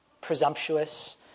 presumptuous